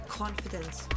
confidence